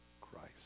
Christ